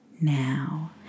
now